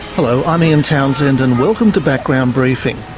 hello, i'm ian townsend and welcome to background briefing.